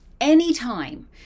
Anytime